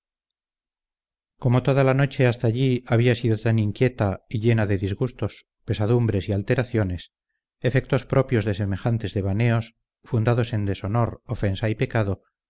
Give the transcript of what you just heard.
como toda la noche hasta allí había sido tan inquieta c y llena de disgustos pesadumbres y alteraciones efectos propios de semejantes devaneos fundados en deshonor ofensa y pecado